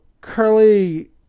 curly